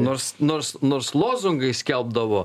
nors nors nors lozungai skelbdavo